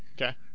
Okay